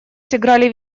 сыграли